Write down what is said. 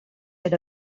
did